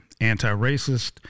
anti-racist